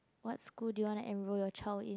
what school do you wanna enroll your child in